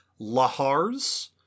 lahars